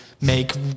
make